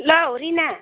हेल' Rina